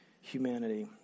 humanity